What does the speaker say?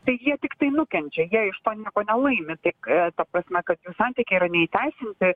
tai jie tiktai nukenčia jie iš to nieko nelaimi tai k ta prasme kad jų santykiai yra neįteisinti